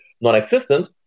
non-existent